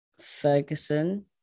ferguson